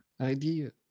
idea